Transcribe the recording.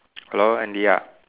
hello Andy ah